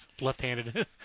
left-handed